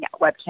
webcam